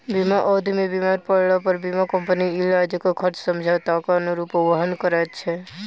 बीमा अवधि मे बीमार पड़लापर बीमा कम्पनी इलाजक खर्च समझौताक अनुरूप वहन करैत छै